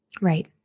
Right